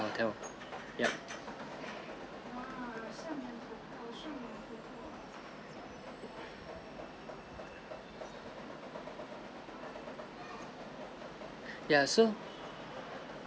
hotel yup ya so